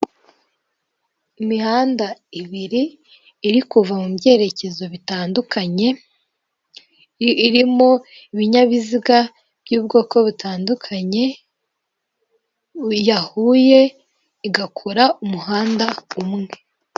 Imihanda ibiri iri kuva mu byerekezo bitandukanye, irimo ibinyabiziga by'ubwoko butandukanye, yahuye igakora umuhanda umwe.